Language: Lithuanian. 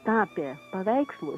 tapė paveikslus